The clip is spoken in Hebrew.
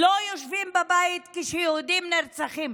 לא יושבים בבית כשיהודים נרצחים.